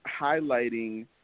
highlighting